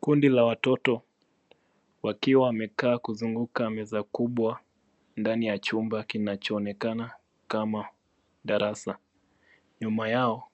Kundi la watoto wakiwa wamekaa kuzunguka meza kubwa ndani ya chumba kinachoonekana kama darasa. Nyuma yao